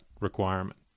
requirement